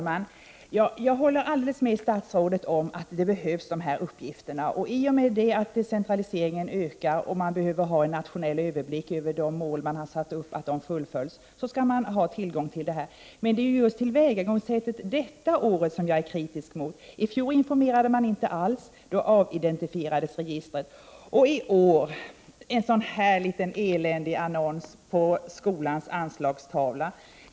Fru talman! Jag håller med statsrådet om att uppgifterna behövs. I och med att decentraliseringen ökar och en nationell överblick över att de uppsatta målen fullföljs behövs, behöver man ha tillgång till dessa uppgifter. Det är tillvägagångssättet just i år som jag är kritisk mot. I fjol informerade man inte alls, och då avidentifierades registret. I år bestod informationen av en liten eländig annons på skolans anslagstavla.